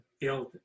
build